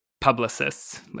publicists